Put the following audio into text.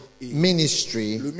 ministry